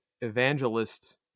evangelist